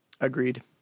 Agreed